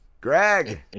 Greg